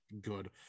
good